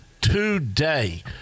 today